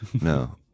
No